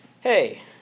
hey